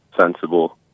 sensible